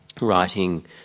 writing